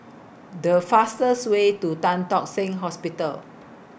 The fastest Way to Tan Tock Seng Hospital